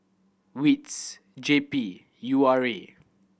wits J P and U R A